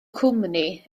cwmni